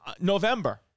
November